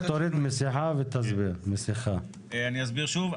אני אסביר שוב.